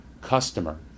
customer